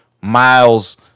miles